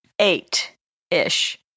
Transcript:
Eight-ish